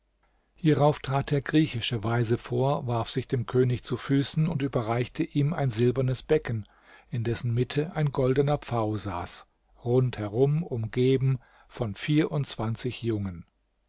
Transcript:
hierauf trat der griechische weise vor warf sich dem könig zu füßen und überreichte ihm ein silbernes becken in dessen mitte ein goldener pfau saß rund herum umgeben von jungen